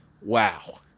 wow